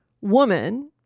woman